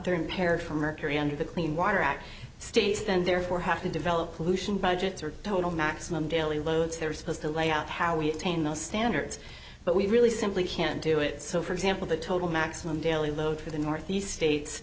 of paris for mercury under the clean water act states and therefore have to develop pollution budgets or total maximum daily loads they're supposed to lay out how we attain those standards but we really simply can't do it so for example the total maximum daily load for the northeast states